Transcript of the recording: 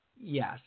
Yes